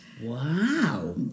Wow